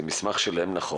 זה מסמך שלהם, נכון.